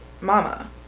mama